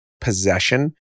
possession